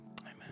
Amen